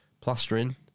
plastering